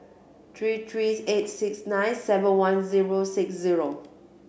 three three eight six nine seven one zero six zero